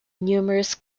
numerous